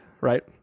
right